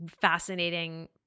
fascinating